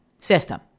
system